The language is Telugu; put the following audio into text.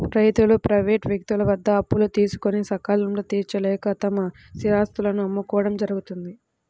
రైతులు ప్రైవేటు వ్యక్తుల వద్ద అప్పులు తీసుకొని సకాలంలో తీర్చలేక తమ స్థిరాస్తులను అమ్ముకోవడం జరుగుతోంది